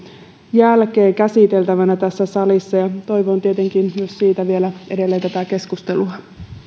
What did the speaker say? jälkeen käsiteltävänä tässä salissa ja toivon tietenkin myös siitä vielä edelleen tätä keskustelua